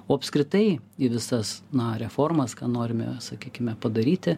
o apskritai į visas na reformas ką norime sakykime padaryti